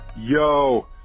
Yo